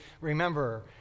remember